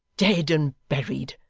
dead and buried,